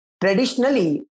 Traditionally